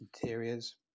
interiors